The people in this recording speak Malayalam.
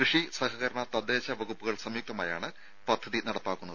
കൃഷി സഹകരണ തദ്ദേശ വകുപ്പുകൾ സംയുക്തമായാണ് പദ്ധതി നടപ്പാക്കുന്നത്